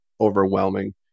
overwhelming